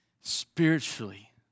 spiritually